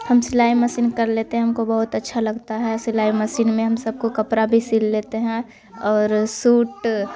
ہم سلائی مشین کر لیتے ہیں ہم کو بہت اچھا لگتا ہے سلائی مشین میں ہم سب کو کپڑا بھی سل لیتے ہیں اور سوٹ